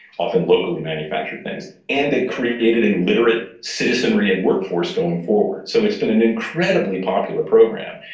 often locally manufactured things, and they created a literate citizenry and workforce going forward. so it's been an incredibly popular program.